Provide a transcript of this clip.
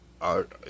art